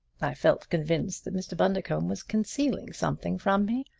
i felt convinced that mr. bundercombe was concealing something from me.